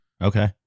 Okay